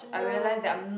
nah